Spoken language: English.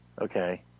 Okay